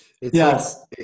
Yes